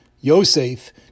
Yosef